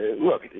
look